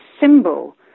symbol